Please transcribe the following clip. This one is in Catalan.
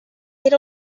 era